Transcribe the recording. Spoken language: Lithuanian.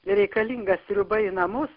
reikalinga sriuba į namus